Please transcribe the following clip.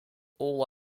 all